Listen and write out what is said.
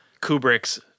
Kubrick's